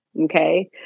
okay